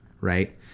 Right